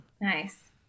nice